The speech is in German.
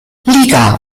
liga